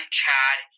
Chad